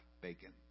bacon